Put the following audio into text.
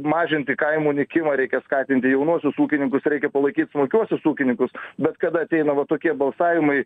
mažinti kaimų nykimą reikia skatinti jaunuosius ūkininkus reikia palaikyt smulkiuosius ūkininkus bet kada ateina vat tokie balsavimai